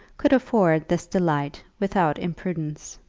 could afford this delight without imprudence.